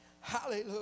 hallelujah